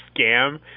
scam